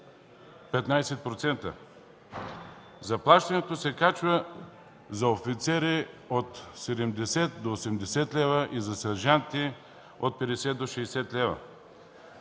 10-15%. Заплащането се качва за офицери от 70 до 80 лв. и за сержанти от 50 до 60 лв.